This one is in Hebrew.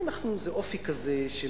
יש לנו איזה אופי כזה של